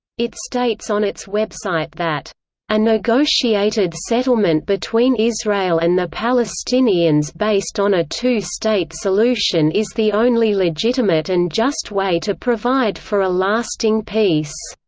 it states on its website that a negotiated settlement between israel and the palestinians based on a two-state solution is the only legitimate and just way to provide for a lasting peace.